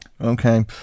Okay